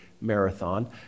marathon